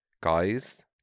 Guys